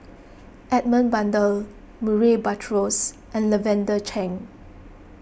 Edmund Blundell Murray Buttrose and Lavender Chang